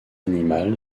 animal